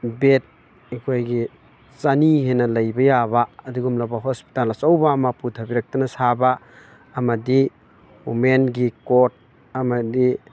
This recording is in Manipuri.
ꯕꯦꯗ ꯑꯩꯈꯣꯏꯒꯤ ꯆꯅꯤ ꯍꯦꯟꯅ ꯂꯩꯕ ꯌꯥꯕ ꯑꯗꯨꯒꯨꯝꯂꯕ ꯍꯣꯁꯄꯤꯇꯥꯜ ꯑꯆꯧꯕ ꯑꯃ ꯄꯨꯊꯕꯤꯔꯛꯇꯨꯅ ꯁꯥꯕ ꯑꯃꯗꯤ ꯋꯨꯃꯦꯟꯒꯤ ꯀꯣꯠ ꯑꯃꯗꯤ